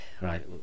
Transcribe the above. Right